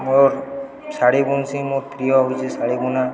ମୋର ଶାଢ଼ୀ ବୁଣ୍ସି ମୋର ପ୍ରିୟ ହେଉଛି ଶାଢ଼ୀ ବୁଣା